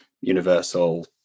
Universal